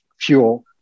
fuel